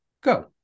go